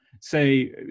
say